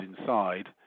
inside